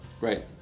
Right